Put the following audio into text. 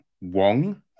Wong